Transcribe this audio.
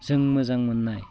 जों मोजां मोननाय